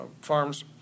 farms